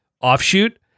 offshoot